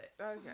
Okay